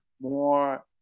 more